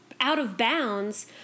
out-of-bounds